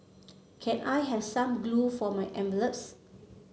can I have some glue for my envelopes